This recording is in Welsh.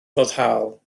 foddhaol